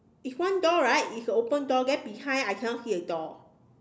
it's one door right it's a open door then behind I cannot see a door